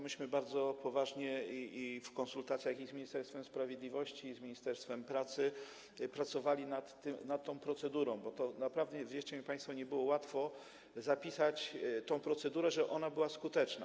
Myśmy bardzo poważnie w konsultacjach i z Ministerstwem Sprawiedliwości, i z ministerstwem pracy pracowali nad tym, nad tą procedurą, bo naprawdę, wierzcie mi państwo, nie było łatwo zapisać tę procedurę, żeby ona była skuteczna.